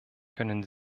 können